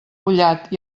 ullat